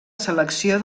selecció